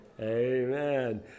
amen